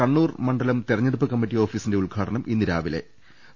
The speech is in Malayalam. കണ്ണൂർ മണ്ഡലം തിരഞ്ഞെടുപ്പ് കമ്മിറ്റി ഓഫീസിന്റെ ഉദ്ഘാടനം ഇന്ന് രാവിലെ നടത്തും